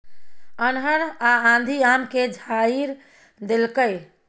अन्हर आ आंधी आम के झाईर देलकैय?